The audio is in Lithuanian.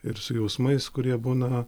ir su jausmais kurie būna